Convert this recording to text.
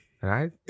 Right